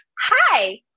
hi